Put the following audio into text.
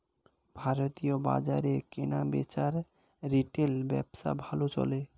ভারতীয় বাজারে কেনাবেচার রিটেল ব্যবসা ভালো চলে